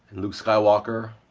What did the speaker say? luke skywalker,